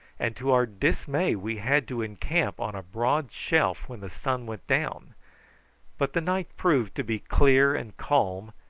and to our dismay we had to encamp on a broad shelf when the sun went down but the night proved to be clear and calm,